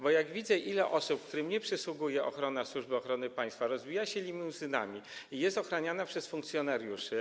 Bo jak widzę, ile osób, którym nie przysługuje ochrona Służby Ochrony Państwa, rozbija się limuzynami i jest ochraniana przez funkcjonariuszy.